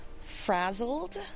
Frazzled